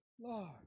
Lord